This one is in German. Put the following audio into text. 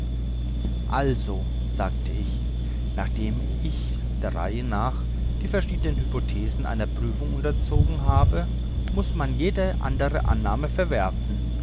also sagte ich nachdem ich der reihe nach die verschiedenen hypothesen einer prüfung unterzogen muß man jede andere annahme verwerfen